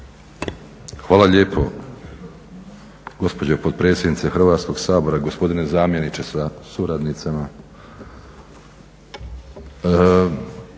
Hvala lijepo gospođo potpredsjednice Hrvatskog sabora, gospodine zamjeniče sa suradnicama.